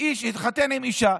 איש התחתן עם אישה